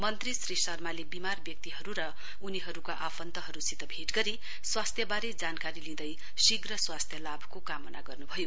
मन्त्री श्री शर्माले विमार व्यक्तिहरू र उनीहरूका आफन्तहरूसितभेट गरी स्वास्थ्यबारे जानकारी लिँदै शीघ्र स्वास्थ्य लाभको कामना गर्नभयो